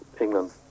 England